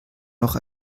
noch